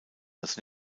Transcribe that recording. als